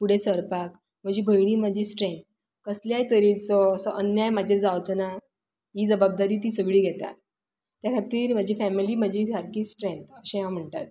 फुडें सरपाक म्हजी भयणी म्हजी स्त्रँथ कसल्याय तरेचो असो अन्याय म्हजेर जावचोना ही जबाबदारी तीं सगळीं घेतात त्या खातीर म्हजी फॅमिली म्हजी सारकी स्त्रँथ अशें हांव म्हणटां